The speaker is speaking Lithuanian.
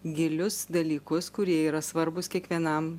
gilius dalykus kurie yra svarbūs kiekvienam